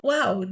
Wow